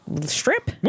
strip